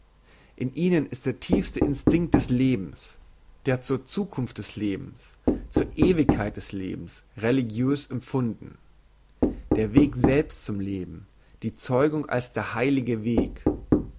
in ihr ist der tiefste instinkt des lebens der zur zukunft des lebens zur ewigkeit des lebens religiös empfunden der weg selbst zum leben die zeugung als der heilige weg